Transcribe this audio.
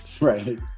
Right